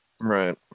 Right